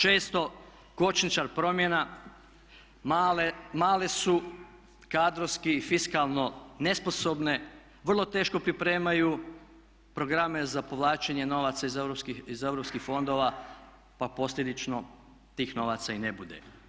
Često kočničar promjena male su kadrovski i fiskalno nesposobne, vrlo teško pripremaju programe za povlačenje novaca iz europskih fondova pa posljedično tih novaca i ne bude.